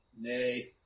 Nay